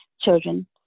children